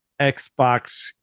Xbox